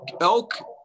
Elk